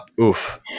Oof